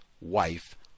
Wife